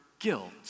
guilt